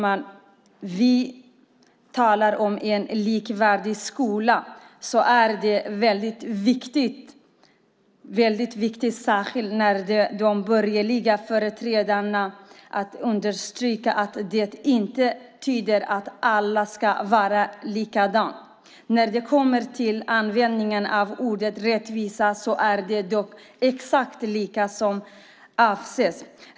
När vi talar om en likvärdig skola är det viktigt, särskilt för de borgerliga företrädarna, att understryka att det inte betyder att allt ska vara likadant. När det kommer till användningen av ordet rättvisa är det dock exakt lika som avses.